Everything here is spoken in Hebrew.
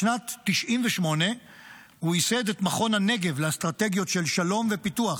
בשנת 1998 הוא ייסד את מכון הנגב לאסטרטגיות של שלום ופיתוח,